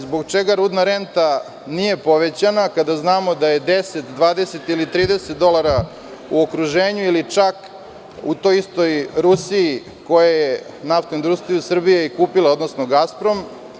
Zbog čega rudna renta nije povećana, kada znamo da je 10, 20 ili 30 dolara u okruženju, ili čak u toj istoj Rusiji koja je NIS kupila, odnosno „Gasprom“